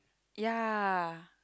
ya